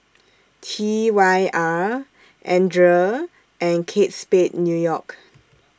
T Y R Andre and Kate Spade New York